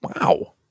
Wow